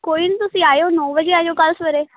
ਕੋਈ ਨਹੀਂ ਤੁਸੀਂ ਆਇਓ ਨੌਂ ਵਜੇ ਆ ਜਾਓ ਕੱਲ੍ਹ ਸਵੇਰੇ